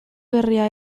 berria